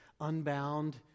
Unbound